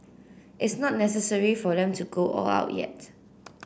it's not necessary for them to go all out yet